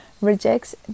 rejects